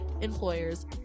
employers